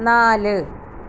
നാല്